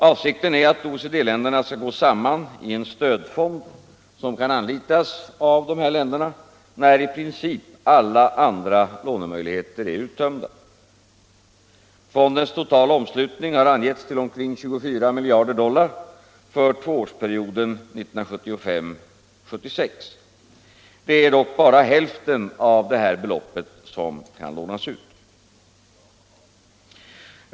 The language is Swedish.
Avsikten är att OECD-länderna skall gå samman i en stödfond, som kan anlitas av dessa, när i princip alla andra lånemöjligheter är uttömda. Fondens totala omslutning har angetts till omkring 24 miljarder dollar för tvåårsperioden 1975-1976. Det är dock endast hälften av detta belopp som kan lånas ut.